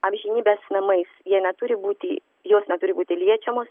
amžinybės namais jie neturi būti jos neturi būti liečiamos